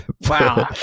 Wow